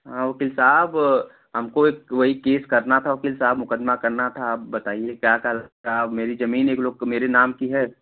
हाँ वकील साहब हमको एक वही केस करना था वकील साहब मुकदमा करना था आप बताइए क्या क्या लगता है अब मेरी जमीन एक लोग मेरे नाम की है